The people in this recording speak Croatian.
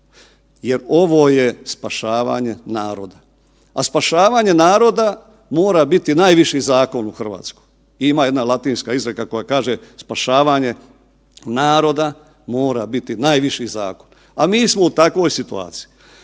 jer ovo je spašavanje naroda. A spašavanje naroda mora biti najviši zakon u Hrvatskoj. Ima jedna latinska izreka koja kaže spašavanje naroda mora biti najviši zakon, a mi smo u takvoj situaciji.